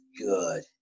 good